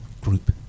group